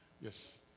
Yes